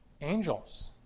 angels